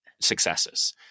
successes